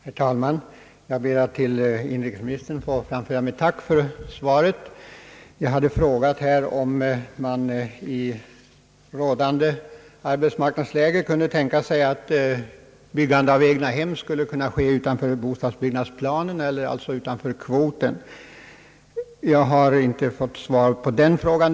Herr talman! Jag ber att till inrikesministern få framföra mitt tack för svaret. Jag hade frågat om man i rådande arbetsmarknadsläge skulle kunna tänka sig att byggande av egnahem skulle kunna ske utanför bostadsbyggnadsplanen, alltså utanför kvoten. Jag har inte fått något direkt svar på den frågan.